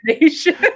Nation